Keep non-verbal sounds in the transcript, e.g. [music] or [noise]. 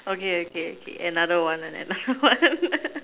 okay okay okay another one and another one [laughs]